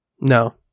No